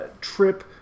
trip